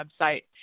website